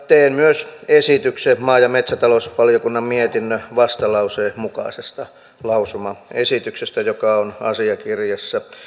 teen myös esityksen maa ja metsätalousvaliokunnan mietinnön vastalauseen mukaisesta lausumaesityksestä joka on asiakirjassa